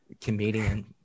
comedian